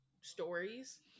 stories